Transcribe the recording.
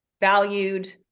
valued